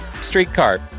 streetcar